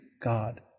God